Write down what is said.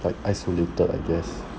like isolated I guess